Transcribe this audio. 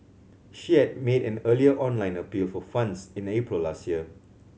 she had made an earlier online appeal for funds in April last year